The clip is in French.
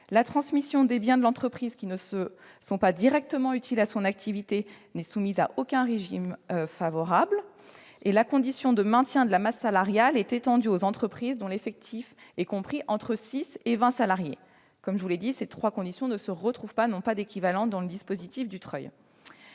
La transmission des biens de l'entreprise qui ne sont pas directement utiles à son activité n'est soumise à aucun régime favorable, et la condition de maintien de la masse salariale est étendue aux entreprises dont l'effectif est compris entre 6 et 20 salariés. Comme je vous l'ai dit, ces trois conditions n'ont pas d'équivalent dans le dispositif Dutreil.